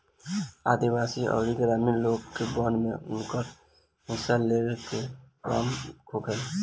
आदिवासी अउरी ग्रामीण लोग के वन में उनकर हिस्सा देवे के भी काम होखेला